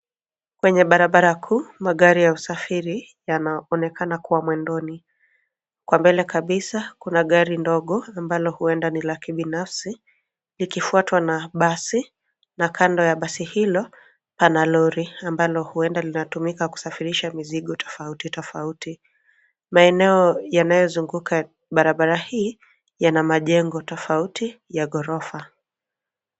Kwenye barabara kuu magari ya usafiri yanaonekana kuwa mwendoni. Kwa mbele kabisa kuna gari ndogo ambalo huenda ni la kibinafsi likifuatwa na basi na kando ya basi hilo pana lori ambalo huenda linatumika kusafirisha mizigo tofauti tofauti. Maeneo yanayozunguka barabara hii yana majengo tofauti ya ghorofa.